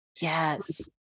Yes